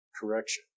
correction